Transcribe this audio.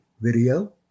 video